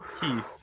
Keith